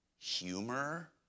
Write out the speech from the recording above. humor